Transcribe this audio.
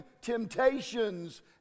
temptations